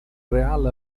real